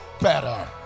better